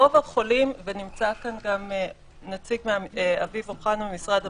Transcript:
רוב החולים ונמצא פה גם אביב אוחנה ממשרד הבריאות,